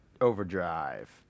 overdrive